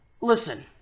listen